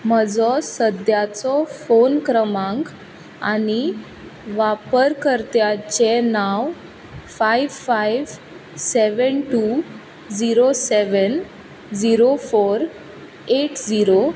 म्हजो सद्याचो फोन क्रमांक आनी वापरकर्त्याचे नांव five five seven two zero seven zero four eight zero